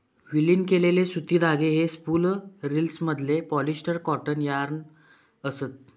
विलीन केलेले सुती धागे हे स्पूल रिल्समधले पॉलिस्टर कॉटन यार्न असत